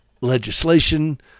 legislation